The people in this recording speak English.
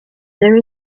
there